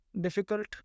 difficult